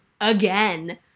again